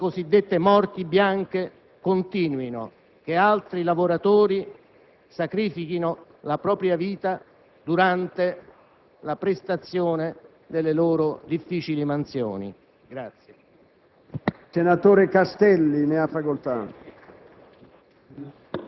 proprio ad impedire le cosiddette morti bianche, che altri lavoratori sacrifichino la propria vita durante la prestazione delle loro difficili mansioni.